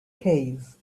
case